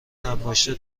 انباشته